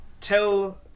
tell